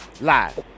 Live